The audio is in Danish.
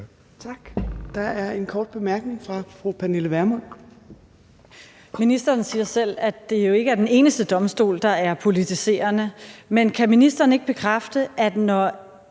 Tak. Der er en kort bemærkning fra fru Pernille Vermund. Kl. 14:47 Pernille Vermund (NB): Ministeren siger selv, at det jo ikke er den eneste domstol, der er politiserende, men kan ministeren ikke bekræfte, at når